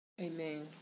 Amen